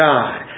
God